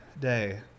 day